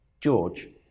George